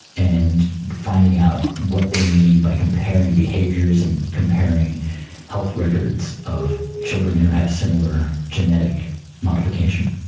and finding out what they mean by comparing behaviours and comparing health records of children who have similar genetic modification.